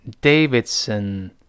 Davidson